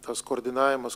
tas koordinavimas